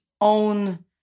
own